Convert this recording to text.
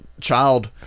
child